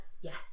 Yes